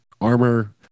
armor